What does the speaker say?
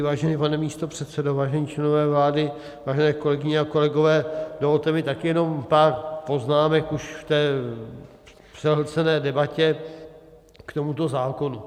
Vážený pane místopředsedo, vážení členové vlády, vážené kolegyně a kolegové, dovolte mi taky jenom pár poznámek už v té přehlcené debatě k tomuto zákonu.